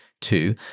Two